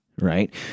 Right